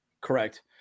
correct